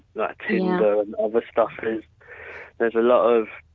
like and other stuff is there's a lot of